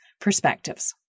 perspectives